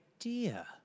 idea